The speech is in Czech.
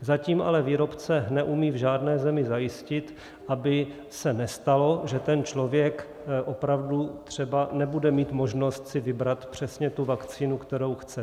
Zatím ale výrobce neumí v žádné zemi zajistit, aby se nestalo, že ten člověk opravdu třeba nebude mít možnost si vybrat přesně tu vakcínu, kterou chce.